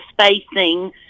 spacing